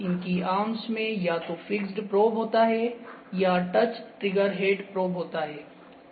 इनकी आर्म्स में या तो फिक्स्ड प्रोब होता है या टच ट्रिगर हेड प्रोब होता है